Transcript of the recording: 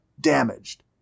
damaged